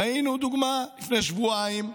ראינו דוגמה, לפני שבועיים,